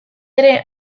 ere